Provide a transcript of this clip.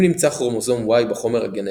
אם נמצא כרומוזום Y בחומר הגנטי,